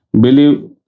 believe